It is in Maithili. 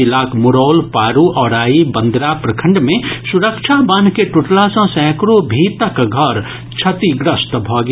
जिलाक मुरौल पारू औराई बंदरा प्रखंड मे सुरक्षा बान्ह के टूटला सॅ सैंकड़ों भीतक घर क्षतिग्रस्त भऽ गेल